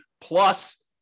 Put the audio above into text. plus